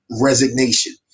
resignation